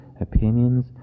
opinions